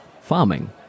farming